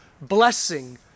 blessing